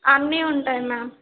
అన్నీ ఉంటాయి మ్యామ్